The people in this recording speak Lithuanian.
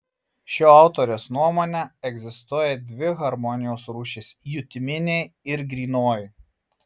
šio autoriaus nuomone egzistuoja dvi harmonijos rūšys jutiminė ir grynoji